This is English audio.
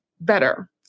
better